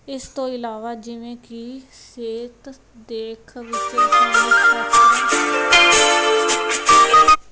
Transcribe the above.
ਇਸ ਤੋਂ ਇਲਾਵਾ ਜਿਵੇਂ ਕਿ ਸਿਹਤ ਦੇਖ ਵਿੱਚ ਉਹ